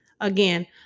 again